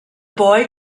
boy